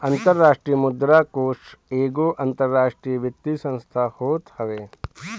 अंतरराष्ट्रीय मुद्रा कोष एगो अंतरराष्ट्रीय वित्तीय संस्थान होत हवे